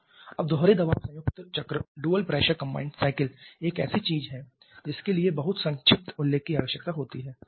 अब दोहरे दबाव संयुक्त चक्र एक ऐसी चीज है जिसके लिए बहुत संक्षिप्त उल्लेख की आवश्यकता होती है